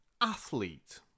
athlete